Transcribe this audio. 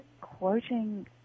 quoting